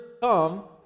come